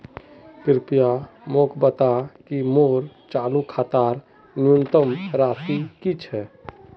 कृपया मोक बता कि मोर चालू खातार न्यूनतम राशि की छे